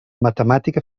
matemàtica